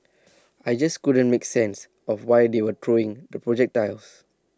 I just couldn't make sense of why they were throwing the projectiles